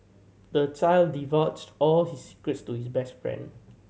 the child divulged all his secrets to his best friend